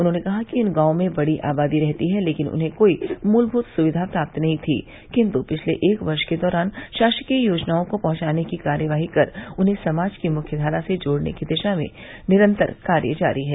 उन्होंने कहा कि इन गांवों में बड़ी आबादी रहती है लेकिन उन्हें कोई मूलभूत सुविधा प्राप्त नही थी किन्तु पिछले एक वर्ष के दौरान शासकीय योजनाओं को पहुंचाने की कार्यवाही कर उन्हें समाज की मुख्य धारा से जोड़ने की दिशा में निरन्तर कार्य जारी है